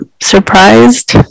surprised